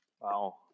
wow